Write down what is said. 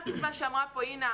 שמעתי את מה שאמרה פה אינה,